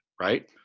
right